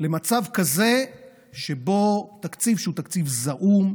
למצב כזה שבו תקציב, שהוא תקציב זעום,